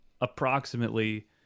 approximately